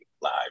live